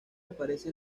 aparece